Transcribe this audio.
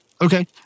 Okay